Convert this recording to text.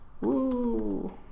woo